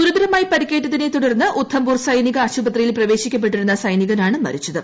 ഗ്ന്തുതര്മായി പരിക്കേറ്റതിനെ തുടർന്ന് ഉദ്ധംപൂർ സൈനിക ആശുപത്രിയിൽ പ്രവേശിക്കപ്പെട്ടിരുന്ന സൈനികനാണ് മരിച്ചത്